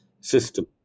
system